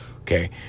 Okay